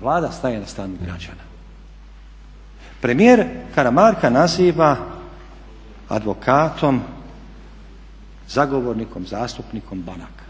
Vlada staje na stranu građana. Premijer Karamarka naziva advokatom, zagovornikom, zastupnikom banaka.